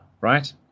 right